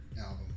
album